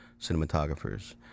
cinematographers